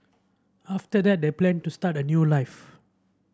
after that they planned to start a new life